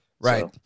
Right